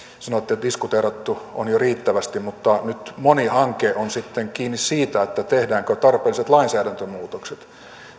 sanoitte että diskuteerattu on jo riittävästi mutta nyt moni hanke on kiinni siitä tehdäänkö tarpeelliset lainsäädäntömuutokset